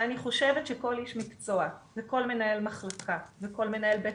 אני חושבת שכל איש מקצוע וכל מנהל מחלקה וכל מנהל בית